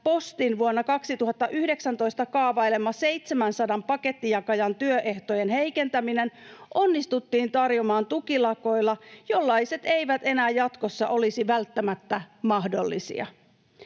Postin vuonna 2019 kaavailema 700 pakettijakajan työehtojen heikentäminen onnistuttiin torjumaan tukilakoilla, jollaiset eivät enää jatkossa olisi välttämättä mahdollisia.